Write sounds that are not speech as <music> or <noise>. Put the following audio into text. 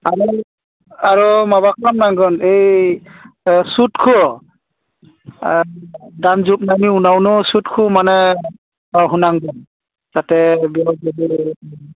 आरो आरो माबा खामनांगोन ओइ सुदखो ओ दानजुबनायनि उनावनो सुदखौ माने होनांगोन जाहाथे <unintelligible>